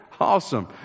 Awesome